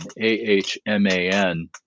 a-h-m-a-n